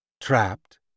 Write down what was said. Trapped